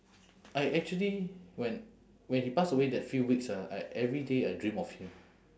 I actually when when he passed away that few weeks ah I every day I dream of him